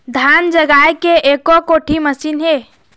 धान जगाए के एको कोठी मशीन हे?